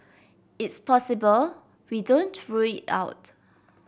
it's possible we don't rule it out